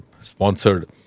sponsored